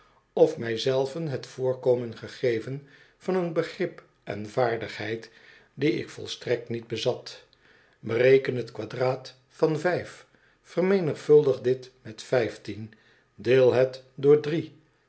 of mij zelven het voorkomen gegeven van een begrip en vaardigheid die ik volstrekt niet bezat bereken het kwadraat van vijf vermenigvuldig dit met deel het door